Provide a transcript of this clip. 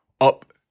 up